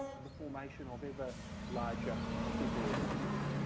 the formation of ever larger superorganisms,